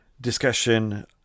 discussion